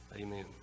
Amen